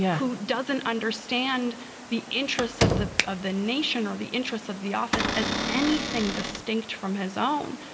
who doesn't understand the interests of the of the nation or the interests of the office as anything distinct from his own.